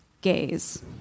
gays